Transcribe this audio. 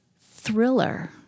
Thriller